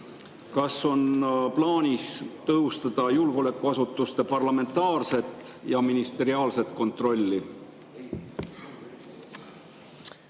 Kas on plaanis tõhustada julgeolekuasutuste parlamentaarset ja ministeriaalset kontrolli?